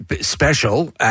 special